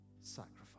sacrifice